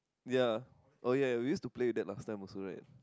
ya oh ya we use to play that last time also right